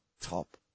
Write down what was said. top